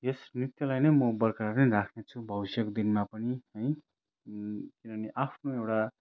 यस नृत्यलाई नै म बरकरार नै राख्नेछु भविष्यको दिनमा पनि है किनभने आफ्नो एउटा